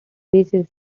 basis